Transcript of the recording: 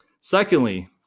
Secondly